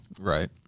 Right